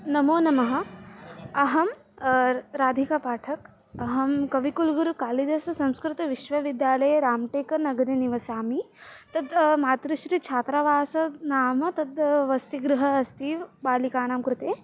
नमो नमः अहं राधिकापाठक् अहं कविकुलगुरुः कालिदाससंस्कृतविश्वविद्यालये रामटेकनगरे निवसामि तत् मातृश्रीः छात्रावासः नाम तद् वसतिगृहम् अस्ति बालिकानां कृते